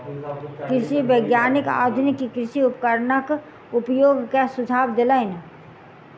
कृषि वैज्ञानिक आधुनिक कृषि उपकरणक उपयोग के सुझाव देलैन